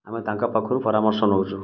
ଆମେ ତାଙ୍କ ପାଖରୁ ପରାମର୍ଶ ନଉଛୁ